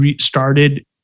started